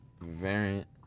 variant